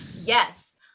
Yes